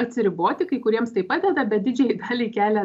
atsiriboti kai kuriems tai padeda bet didžiajai daliai kelia